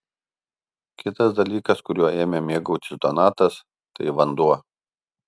kitas dalykas kuriuo ėmė mėgautis donatas tai vanduo